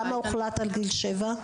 למה הוחלט על גיל שבע?